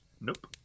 nope